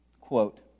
Quote